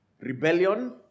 Rebellion